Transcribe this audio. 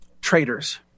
traitors